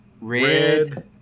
Red